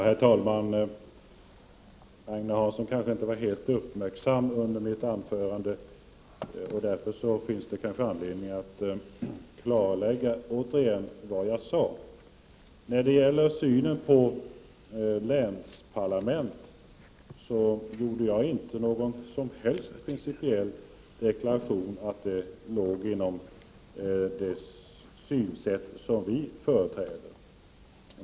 Herr talman! Agne Hansson kanske inte var helt uppmärksam under mitt anförande. Därför finns det anledning att återigen klarlägga vad jag sade. När det gäller synen på länsparlament gjorde jag inte någon som helst principiell deklaration att detta låg inom det synsätt vi företräder.